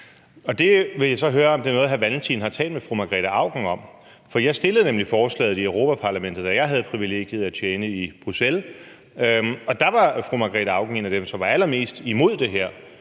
Jeg vil så høre, om det er noget, som hr. Carl Valentin har talt med fru Margrete Auken om, for jeg stillede nemlig forslaget i Europa-Parlamentet, da jeg havde privilegiet at tjene i Bruxelles, og der var fru Margrete Auken en af dem, der var allermest imod det her.